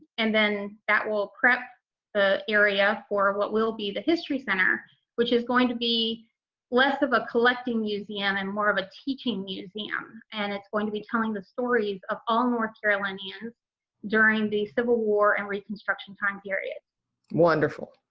and then that will prep the area for what will be the history center which is going to be less of a collecting museum and more of a teaching museum and it's going to be telling the stories of all north carolinians during the civil war and reconstruction time period wonderful.